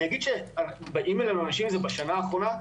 אני אגיד שבאים אלינו אנשים בשנה האחרונה,